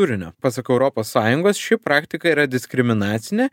turinio pasak europos sąjungos ši praktika yra diskriminacinė